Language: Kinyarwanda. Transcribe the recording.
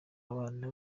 abana